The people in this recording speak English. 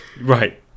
right